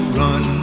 run